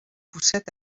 poussait